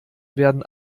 werden